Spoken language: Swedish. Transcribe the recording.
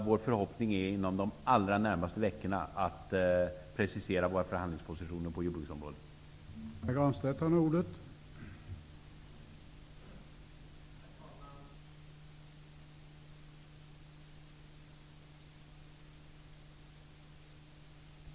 Vår förhoppning är att precisera våra förhandlingspositioner på jordbruksområdet inom de allra närmaste veckorna.